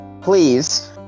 Please